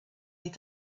est